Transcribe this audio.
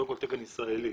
קודם כול, תקן ישראלי